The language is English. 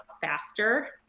faster